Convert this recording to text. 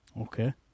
Okay